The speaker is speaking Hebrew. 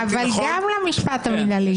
אבל גם למשפט המינהלי.